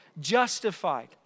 Justified